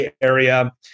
area